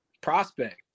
prospect